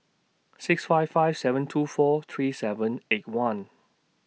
six five five seven two four three seven eight one